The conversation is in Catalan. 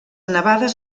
nevades